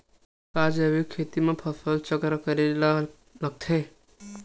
का जैविक खेती म फसल चक्र करे ल लगथे?